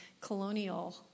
colonial